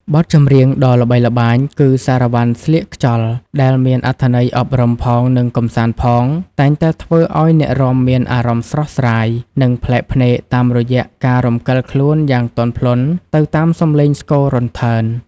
បទចម្រៀងដ៏ល្បីល្បាញគឺ សារ៉ាវ៉ាន់ស្លៀកខ្យល់ ដែលមានអត្ថន័យអប់រំផង និងកម្សាន្តផង តែងតែធ្វើឱ្យអ្នករាំមានអារម្មណ៍ស្រស់ស្រាយ និងប្លែកភ្នែកតាមរយៈការរំកិលខ្លួនយ៉ាងទន់ភ្លន់ទៅតាមសម្លេងស្គររន្ថើន។